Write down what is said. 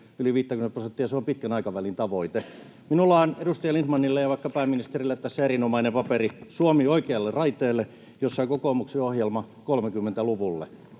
yli 50:tä prosenttia, on pitkän aikavälin tavoite. Minulla on edustaja Lindtmanille ja vaikka pääministerille tässä erinomainen paperi ”Suomi oikealle raiteelle”, jossa on kokoomuksen ohjelma 30-luvulle.